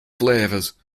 flavours